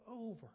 over